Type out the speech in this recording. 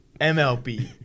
MLB